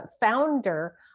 founder